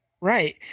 Right